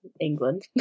England